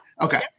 Okay